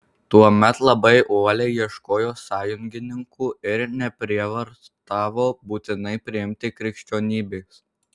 tuomet labai uoliai ieškojo sąjungininkų ir neprievartavo būtinai priimti krikščionybės